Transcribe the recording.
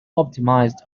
optimised